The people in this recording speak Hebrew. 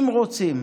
אם רוצים